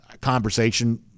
conversation